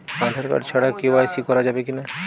Aadhaar card ছাড়া কে.ওয়াই.সি করা যাবে কি না?